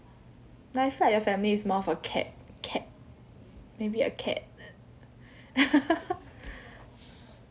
like I felt your family is more of a cat cat maybe a cat